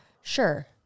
Sure